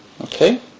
Okay